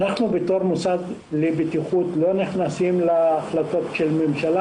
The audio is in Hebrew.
אנחנו כמוסד לבטיחות לא נכנסים להחלטות הממשלה.